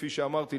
כפי שאמרתי,